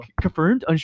Confirmed